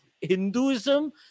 Hinduism